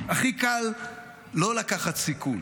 הכי קל לא לקחת סיכון.